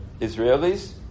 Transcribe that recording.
Israelis